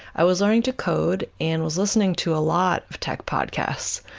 i was learning to code and was listening to a lot of tech podcasts,